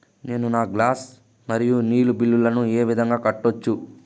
నేను నా గ్యాస్, మరియు నీరు బిల్లులను ఏ విధంగా కట్టొచ్చు?